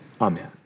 Amen